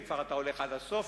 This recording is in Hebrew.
אם אתה הולך עד הסוף,